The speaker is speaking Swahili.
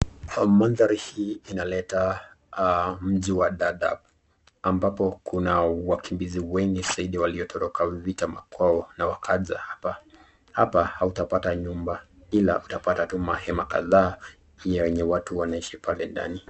Mandhari hii inaleta mji wa Daadab ambapo kuna wakimbizi wengi zaidi waliotoroka vita makwao na wakaja hapa, hapa hautapata nyumba ila utapata tu mahema kadhaa yenye watu wanaishi pale ndani.